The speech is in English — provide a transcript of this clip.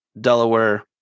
Delaware